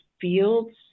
fields